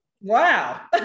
Wow